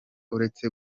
uretse